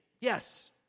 Yes